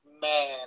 man